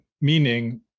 meaning